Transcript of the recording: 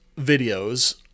videos